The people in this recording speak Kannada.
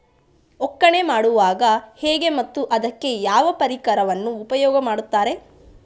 ಒಕ್ಕಣೆ ಮಾಡುವುದು ಹೇಗೆ ಮತ್ತು ಅದಕ್ಕೆ ಯಾವ ಪರಿಕರವನ್ನು ಉಪಯೋಗ ಮಾಡುತ್ತಾರೆ?